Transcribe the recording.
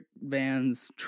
vans